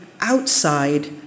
outside